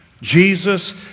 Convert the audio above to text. Jesus